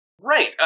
Right